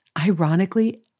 Ironically